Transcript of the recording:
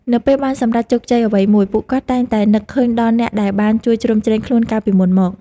នៅពេលបានសម្រេចជោគជ័យអ្វីមួយ ពួកគាត់តែងតែនឹកឃើញដល់អ្នកដែលបានជួយជ្រោមជ្រែងខ្លួនកាលពីមុនមក។